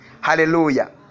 Hallelujah